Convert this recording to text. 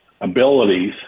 abilities